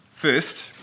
First